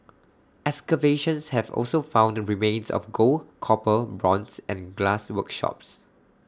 excavations have also found remains of gold copper bronze and glass workshops